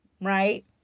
right